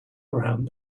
around